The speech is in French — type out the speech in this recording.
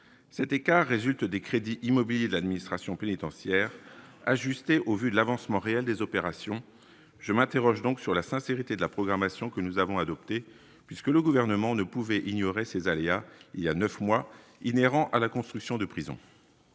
cet écart résulte des crédits immobiliers de l'administration pénitentiaire ajusté au vu de l'avancement réel des opérations je m'interroge donc sur la sincérité de la programmation que nous avons adoptée puisque le gouvernement ne pouvait ignorer ces aléas, il y a 9 mois inhérents à la construction de prisons